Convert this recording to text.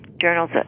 journals